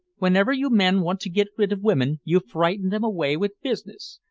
whenever you men want to get rid of women you frighten them away with business!